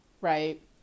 right